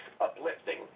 uplifting